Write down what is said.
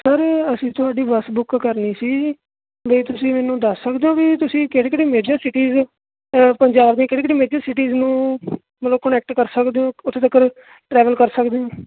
sir ਅਸੀਂ ਤੁਹਾਡੀ bus book ਕਰਨੀ ਸੀ ਬਈ ਤੁਸੀਂ ਮੈਨੂੰ ਦੱਸ ਸਕਦੇ ਹੋ ਵੀ ਤੁਸੀਂ ਕਿਹੜੇ ਕਿਹੜੇ ਮੇਜਰ ਸਿਟੀਜ਼ ਪੰਜਾਬ ਦੇ ਕਿਹੜੇ ਕਿਹੜੇ ਮੇਜਰ ਸਿਟੀਜ਼ ਨੂੰ ਮਤਲਬ ਕੋਂਨੈਕਟ ਕਰ ਸਕਦੇ ਹੋ ਉੱਥੇ ਤੱਕ ਟਰੈਵਲ ਕਰ ਸਕਦੇ ਹੋ